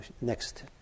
next